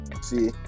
see